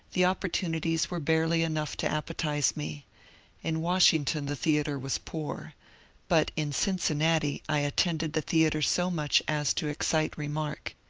the opportunities were barely enough to appetize me in wash ington the theatre was poor but in cincinnati i attended the theatre so much as to excite remark.